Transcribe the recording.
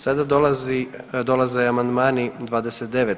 Sada dolaze amandmani 29.